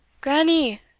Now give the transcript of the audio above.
grannie,